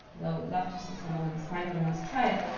though we'd love to see someone smarter than us try it.